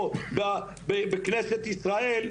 או בכנסת ישראל,